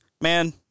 man